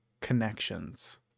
connections